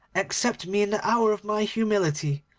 accept me in the hour of my humility.